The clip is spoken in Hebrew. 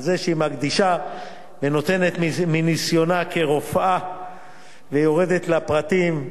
על זה שהיא מקדישה ונותנת מניסיונה כרופאה ויורדת לפרטים.